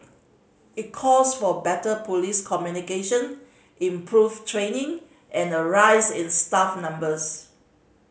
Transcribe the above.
it calls for better police communication improved training and a rise in staff numbers